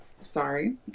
Sorry